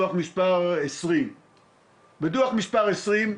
דוח מס' 20. בדוח מס' 20,